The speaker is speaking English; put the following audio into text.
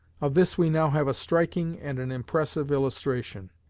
of this we now have a striking and an impressive illustration.